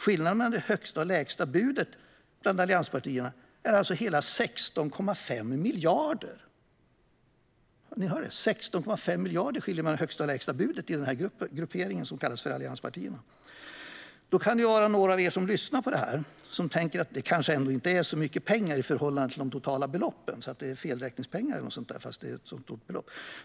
Skillnaden mellan det högsta och det lägsta budet mellan allianspartierna är alltså hela 16 1⁄2 miljard. Då kanske några av er som lyssnar tänker att det kanske ändå inte är så mycket pengar i förhållande till de totala beloppen, att det är felräkningspengar.